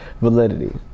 validity